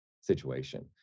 situation